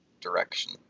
direction